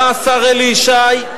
בא השר אלי ישי,